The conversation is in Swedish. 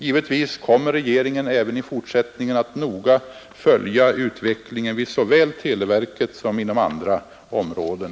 Givetvis kommer regeringen även i fortsättningen att noga följa utvecklingen såväl vid televerket som inom andra områden.